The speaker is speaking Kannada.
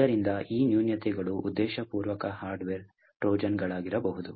ಆದ್ದರಿಂದ ಈ ನ್ಯೂನತೆಗಳು ಉದ್ದೇಶಪೂರ್ವಕ ಹಾರ್ಡ್ವೇರ್ ಟ್ರೋಜನ್ಗಳಾಗಿರಬಹುದು